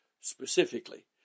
Specifically